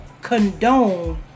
condone